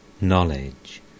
knowledge